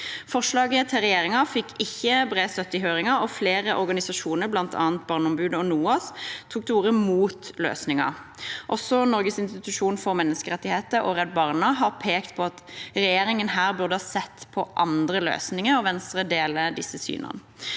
Forslaget til regjeringen fikk ikke bred støtte i høringen, og flere organisasjoner – bl.a. Barneombudet og NOAS – tok til orde mot løsningen. Også Norges institusjon for menneskerettigheter og Redd Barna har pekt på at regjeringen her burde ha sett på andre løsninger. Venstre deler disse synene.